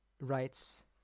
writes